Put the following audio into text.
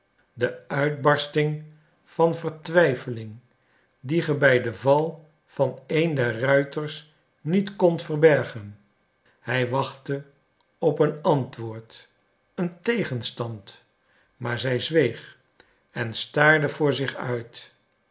de uitbarsting van vertwijfeling die ge bij den val van een der ruiters niet kondt verbergen hij wachtte op een antwoord een tegenstand maar zij zweeg en staarde voor zich uit